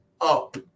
up